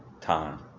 time